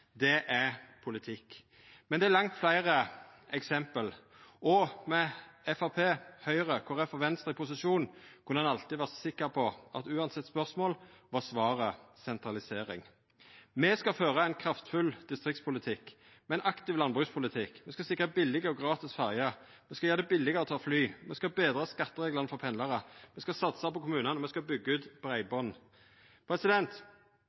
Det er politikk. Men det er langt fleire eksempel. Med Framstegspartiet, Høgre, Kristeleg Folkeparti og Venstre i posisjon kunne ein alltid vera sikker på at uansett spørsmål, var svaret sentralisering. Me skal føra ein kraftfull distriktspolitikk med ein aktiv landbrukspolitikk. Me skal sikra billege og gratis ferjer. Me skal gjera det billegare å ta fly. Me skal betra skattereglane for pendlarar. Me skal satsa på kommunane. Me skal byggja ut